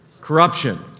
corruption